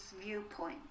viewpoint